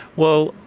well,